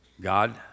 God